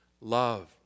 love